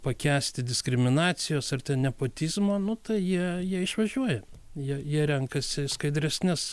pakęsti diskriminacijos ar ten nepotizmo nu tai jie jie išvažiuoja jie jie renkasi skaidresnes